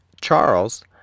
Charles